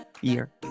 year